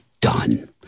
done